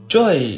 Joy